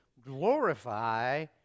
glorify